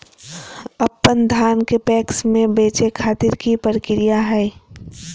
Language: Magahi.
अपन धान के पैक्स मैं बेचे खातिर की प्रक्रिया हय?